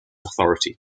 authority